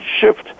shift